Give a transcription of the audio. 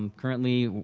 um currently,